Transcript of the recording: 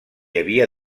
havia